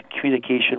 communication